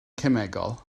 cemegol